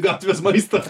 gatvės maistą